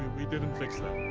we didn't fix that